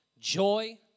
joy